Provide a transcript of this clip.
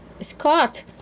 Scott